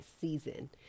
season